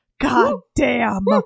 goddamn